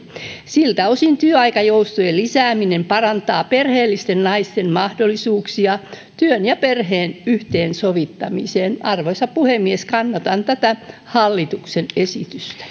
siltä osin työaikajoustojen lisääminen parantaa perheellisten naisten mahdollisuuksia työn ja perheen yhteensovittamiseen arvoisa puhemies kannatan tätä hallituksen